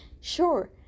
Sure